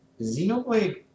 Xenoblade